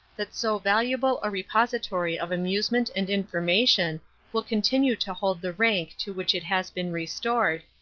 that so valuable a repository of amusement and information will continue to hold the rank to which it has been restored,